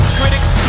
critics